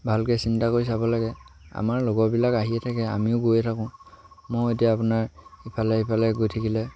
ভালকৈ চিন্তা কৰি চাব লাগে আমাৰ লগৰবিলাক আহিয়ে থাকে আমিও গৈয়ে থাকোঁ ময়ো এতিয়া আপোনাৰ ইফালে ইফালে গৈ থাকিলে